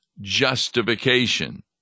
justification